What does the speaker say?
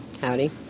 Howdy